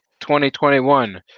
2021